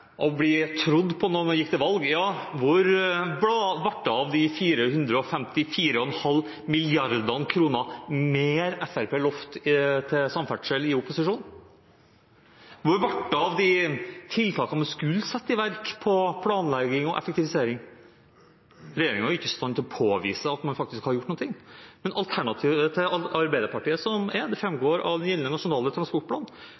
bli trodd på det vi gikk til valg på: Hvor ble det av de 454,5 mrd. kr mer som Fremskrittspartiet lovte til samferdsel i opposisjon? Hvor ble det av de tiltakene man skulle sette i verk med hensyn til planlegging og effektivisering? Regjeringen er ikke i stand til å påvise at man faktisk har gjort noe. Av alternativet til Arbeiderpartiet framgår det at i den gjeldende